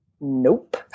Nope